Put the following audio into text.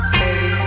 baby